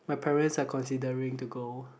my parents are considering to go